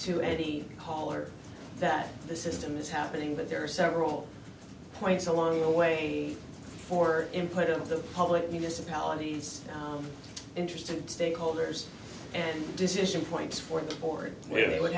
hall or that the system is happening but there are several points along the way for input of the public municipalities interested stakeholders and decision points for the board where they would